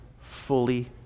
fully